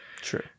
True